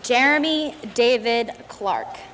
jeremy david clark